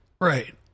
Right